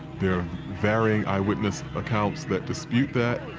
there are varying eyewitness accounts that dispute that.